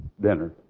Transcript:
dinner